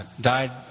died